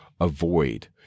avoid